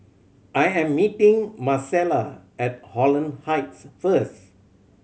I am meeting Marcella at Holland Heights first